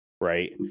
right